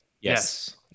Yes